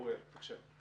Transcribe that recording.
אוריאל, בבקשה.